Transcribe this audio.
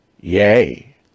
Yay